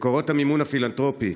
מקורות המימון הפילנתרופי,